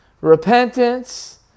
repentance